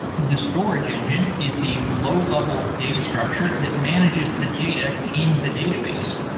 the storage engine is the low-level data structure that manages the data in the database.